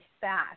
fast